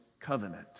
covenant